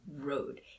road